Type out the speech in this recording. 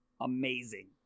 amazing